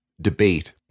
debate